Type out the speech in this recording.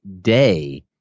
day